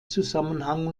zusammenhang